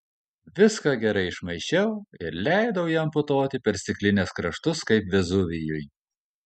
viską gerai išmaišiau ir leidau jam putoti per stiklinės kraštus kaip vezuvijui